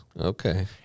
Okay